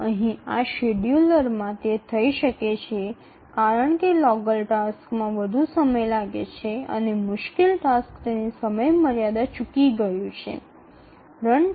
তবে এখানে এই শিডিয়ুলারে এটি ঘটতে পারে কারণ বাধাপ্রাপ্ত টাস্কটি আরও বেশি সময় নেয় এবং সমালোচনামূলক কাজটি তার সময়সীমাটি মিস করে